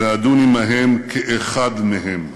ואדון עמהם כאחד מהם".